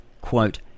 quote